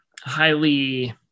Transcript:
highly